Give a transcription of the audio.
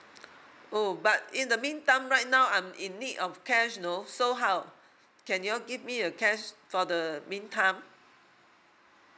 oh but in the mean time right now I'm in need of cash you know so how can you all give me a cash for the mean time